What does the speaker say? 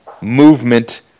movement